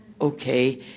okay